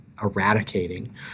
eradicating